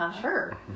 Sure